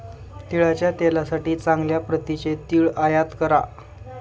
तिळाच्या तेलासाठी चांगल्या प्रतीचे तीळ आयात करा